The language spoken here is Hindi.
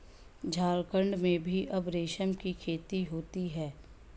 झारखण्ड में भी अब रेशम की खेती होती है